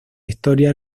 historia